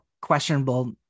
questionable